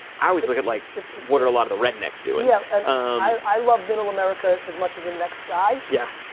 i always look at like what are a lot of the rednecks doing? yeah i love middle america as much as the next guy. yeah.